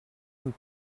amb